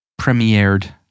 premiered